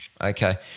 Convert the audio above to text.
Okay